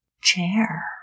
chair